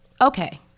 okay